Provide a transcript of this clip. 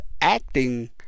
acting